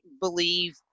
believe